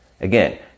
Again